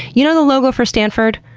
you know the logo for stanford?